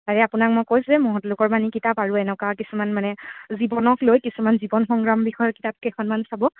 তাৰে আপোনাক মই কৈছোৱে মহৎলোকৰ বাণী কিতাপ আৰু এনেকুৱা কিছুমান মানে জীৱনক লৈ কিছুমান জীৱন সংগ্ৰাম বিষয়ক কিতাপ কেইখনমান চাব